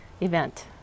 event